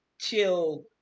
till